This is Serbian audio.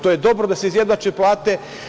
To je dobro da se izjednače plate.